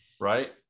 right